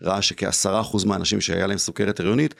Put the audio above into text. ראה שכעשרה אחוז מהאנשים שהיה להם סוכרת הריונית